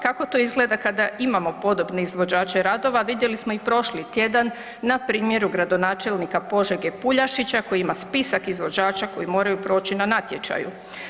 Kako to izgleda kada imamo podobne izvođače radova vidjeli smo i prošli tjedan na primjeru gradonačelnika Požege Puljašića koji ima spisak izvođača koji moraju proći na natječaju.